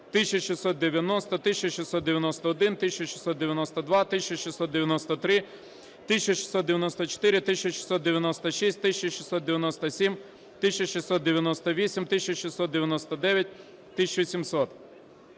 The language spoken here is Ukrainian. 1690, 1691, 1692, 1693, 1694, 1696, 1697, 1698, 1699, 1700,